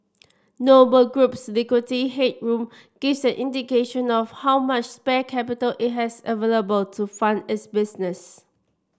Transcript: Noble Group's liquidity headroom gives an indication of how much spare capital it has available to fund its business